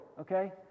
okay